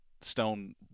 stone